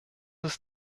ist